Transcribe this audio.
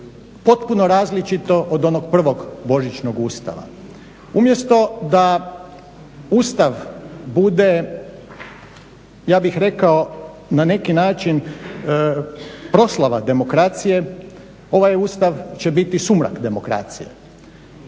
potpuno različito od onog prvog božićnog Ustava. Umjesto da Ustav bude ja bih rekao na neki način proslava demokracije, ovaj Ustav će biti sumrak demokracije.